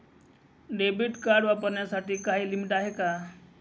Debit card वापरण्यासाठी काही limit आहे का?